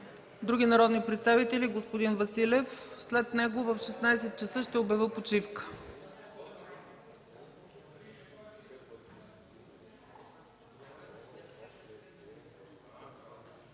Други народни представители? Господин Василев. След него в 16,00 ч. ще обявя почивка.